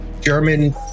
German